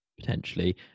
potentially